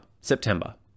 September